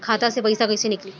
खाता से पैसा कैसे नीकली?